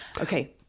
okay